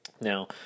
Now